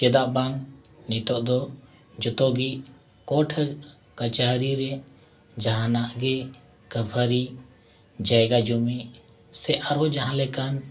ᱪᱮᱫᱟᱜ ᱵᱟᱝ ᱱᱤᱛᱳᱜ ᱫᱚ ᱡᱷᱚᱛᱚ ᱜᱮ ᱠᱳᱴ ᱠᱟᱹᱪᱷᱟᱹᱨᱤ ᱨᱮ ᱡᱟᱦᱟᱱᱟᱜ ᱜᱮ ᱠᱷᱟᱹᱯᱟᱹᱨᱤ ᱡᱟᱭᱜᱟ ᱡᱚᱢᱤ ᱥᱮ ᱟᱨᱦᱚᱸ ᱡᱟᱦᱟᱸ ᱞᱮᱠᱟᱱ